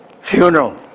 Funeral